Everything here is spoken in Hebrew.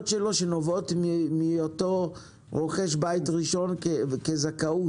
שלו שנובעות מאותו רוכש בית ראשון כזכאות.